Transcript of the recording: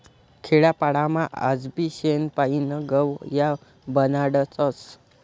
खेडापाडामा आजबी शेण पायीन गव या बनाडतस